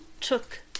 took